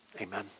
Amen